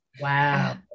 Wow